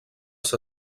els